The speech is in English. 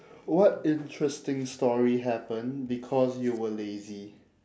what interesting story happened because you were lazy